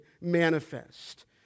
manifest